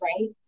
right